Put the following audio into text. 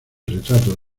retrato